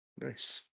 Nice